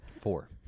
Four